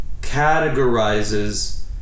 categorizes